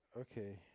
okay